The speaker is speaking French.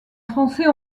français